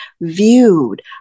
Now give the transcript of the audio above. viewed